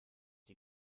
die